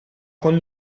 con